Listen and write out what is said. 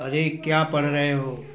अरे क्या पढ़ रहे हो